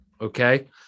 okay